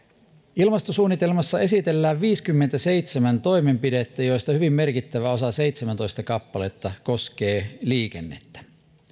ilmastosuunnitelmassa esitellään viisikymmentäseitsemän toimenpidettä joista hyvin merkittävä osa seitsemäntoista kappaletta koskee liikennettä